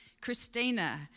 Christina